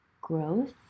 growth